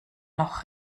noch